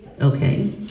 okay